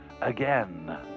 again